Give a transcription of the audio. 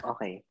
Okay